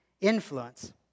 influence